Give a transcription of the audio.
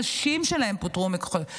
הנשים שלהם פוטרו ממקומות העבודה,